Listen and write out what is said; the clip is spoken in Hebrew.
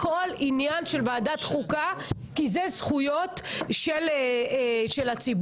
הכול עניין של ועדת חוקה כי אלה זכויות של הציבור.